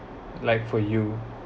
like for you